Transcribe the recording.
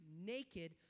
naked